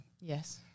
Yes